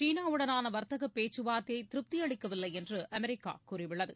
சீனா உடனான வர்த்தக பேச்சுவார்த்தை திருப்தியளிக்கவில்லை என்று அமெரிக்கா கூறியுள்ளது